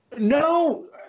No